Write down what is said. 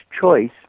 choice